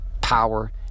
power